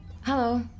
Hello